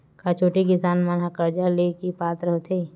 का छोटे किसान मन हा कर्जा ले के पात्र होथे?